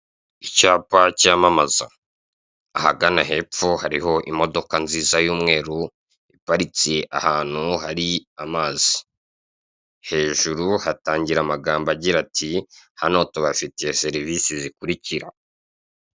Icyapa cyamamaza. Ahagana hepfo hariho imodoka nziza y'umweru, iparitse ahantu hari amazi. Hejuru hatangira amagambo agira ati " hano tubafiteye serivisi zikurikira."